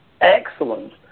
excellent